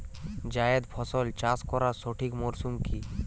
জায়েদ ফসল চাষ করার সঠিক মরশুম কি?